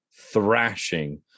thrashing